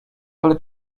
ale